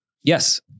Yes